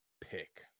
pick